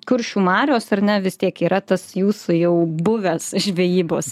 kuršių marios ar ne vis tiek yra tas jūsų jau buvęs žvejybos